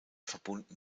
verbunden